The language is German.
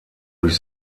durch